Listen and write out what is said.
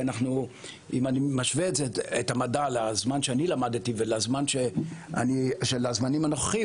אם אני משווה את המדע לזמן שאני למדתי ולזמנים הנוכחיים,